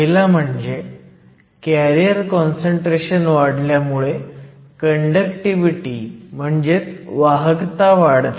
पहिला म्हणजे carrier concentration वाढल्यामुळे कंडक्टिव्हिटी म्हणजेच वाहकता वाढते